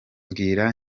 mbwira